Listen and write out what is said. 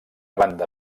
banda